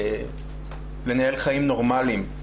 לנהל חיים נורמליים,